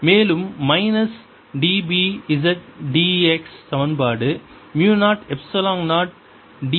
மேலும் minus d B z dx சமன்பாடு மு 0 epsilon 0 d E y dt க்கு சமம்